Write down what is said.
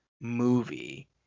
movie